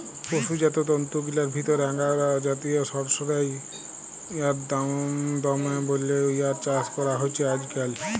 পসুজাত তন্তুগিলার ভিতরে আঙগোরা জাতিয় সড়সইড়ার দাম দমে বল্যে ইয়ার চাস করা হছে আইজকাইল